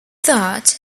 that